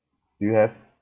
do you have